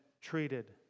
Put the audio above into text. treated